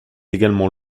également